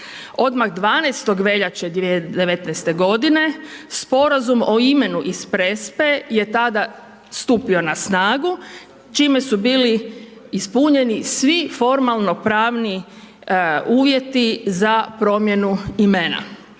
Odmah 12. veljače 2019. godine sporazum o imenu iz Prespe je tada stupio na snagu čime su bili ispunjeni svi formalno pravni uvjeti za promjenu imena.